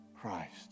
Christ